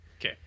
okay